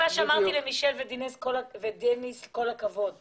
דניס ומישל, כל הכבוד לכם.